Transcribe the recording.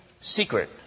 secret